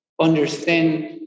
understand